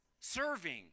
Serving